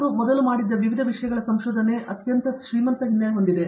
ಅವರು ಮೊದಲು ಮಾಡಿದ್ದ ವಿವಿಧ ವಿಷಯಗಳ ಸಂಶೋಧನೆ ಅತ್ಯಂತ ಶ್ರೀಮಂತ ಹಿನ್ನೆಲೆ ಹೊಂದಿದೆ